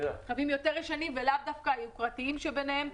ולאו דווקא היוקרתיים שביניהם.